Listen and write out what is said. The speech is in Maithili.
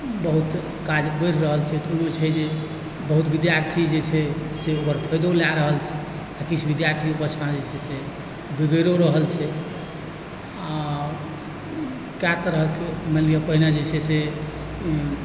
बहुत काज बढ़ि रहल छै तऽ ओ छै जे बहुत विद्यार्थी जे छै से ओकर फायदो लए रहल छै आओर किछु विद्यार्थी ओहि पाछा जे छै से बिगैड़ो रहल छै आओर कए तरहक मानि लिअ पहिने जे छै से